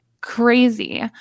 Crazy